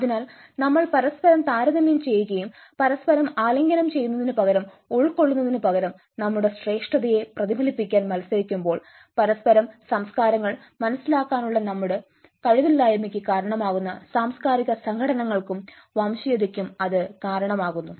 അതിനാൽ നമ്മൾ പരസ്പരം താരതമ്യം ചെയ്യുകയും പരസ്പരം ആലിംഗനം ചെയ്യുന്നതിന് പകരം ഉൾക്കൊള്ളുന്നതിന് പകരം നമ്മുടെ ശ്രേഷ്ഠതയെ പ്രതിഫലിപ്പിക്കാൻ മത്സരിക്കുമ്പോൾ പരസ്പരം സംസ്കാരങ്ങൾ മനസ്സിലാക്കാനുള്ള നമ്മുടെ കഴിവില്ലായ്മയ്ക്ക് കാരണമാകുന്ന സാംസ്കാരിക സംഘട്ടനങ്ങൾക്കും വംശീയതയ്ക്കും അത് കാരണമാകുന്നു